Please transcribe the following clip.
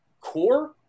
core